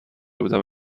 بودم